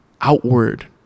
outward